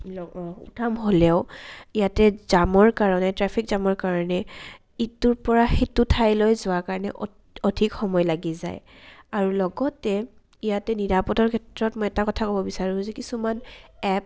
সুঠাম হ'লেও ইয়াতে জামৰ কাৰণে ট্ৰেফিক জামৰ কাৰণে ইটোৰ পৰা সিটো ঠাইলৈ যোৱাৰ কাৰণে অধিক সময় লাগি যায় আৰু লগতে ইয়াতে নিৰাপদৰ ক্ষেত্ৰত মই এটা কথা ক'ব বিচাৰোঁ যে কিছুমান এপ